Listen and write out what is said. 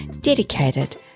dedicated